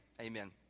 amen